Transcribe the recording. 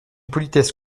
politesse